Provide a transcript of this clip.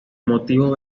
motivos